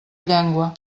llengua